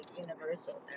universal